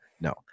no